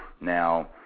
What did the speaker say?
Now